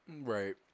Right